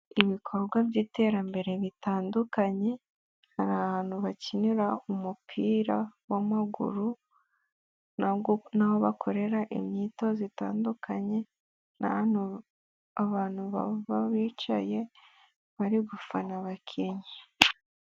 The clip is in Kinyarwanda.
Ibikorwa by'iterambere bitandukanye, hari ahantu bakinira umupira w'amaguru, n'aho bakorera inyito zitandukanye, n'ahantu abantu baba bicaye bari gufana abakinnyi.